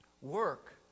work